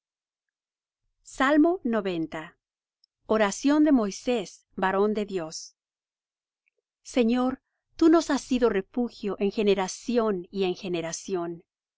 y amén oración de moisés varón de dios señor tú nos has sido refugio en generación y en generación